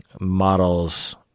models